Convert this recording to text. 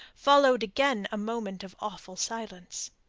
followed again a moment of awful silence,